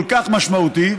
כל כך משמעותי?